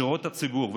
שרואות את הציבור.